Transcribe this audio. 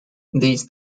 these